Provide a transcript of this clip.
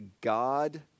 God